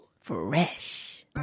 fresh